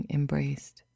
embraced